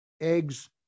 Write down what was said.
Eggs